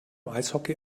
eishockey